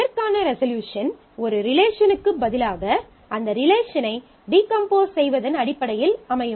இதற்கான ரெசல்யூசன் ஒரு ரிலேஷனுக்குப் பதிலாக அந்த ரிலேஷனை டீகம்போஸ் செய்வதன் அடிப்படையில் அமையும்